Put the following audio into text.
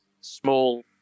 small